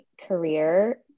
career